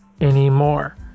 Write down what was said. anymore